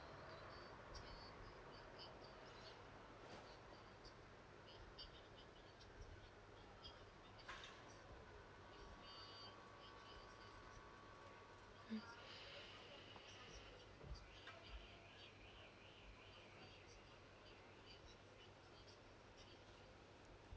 mm